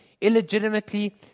illegitimately